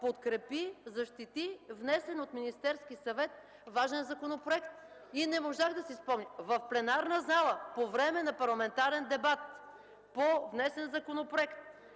подкрепи, защити внесен от Министерския съвет важен законопроект, в пленарната зала, по време на парламентарен дебат, по внесен законопроект!